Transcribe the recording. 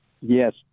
yes